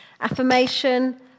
Affirmation